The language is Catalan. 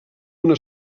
una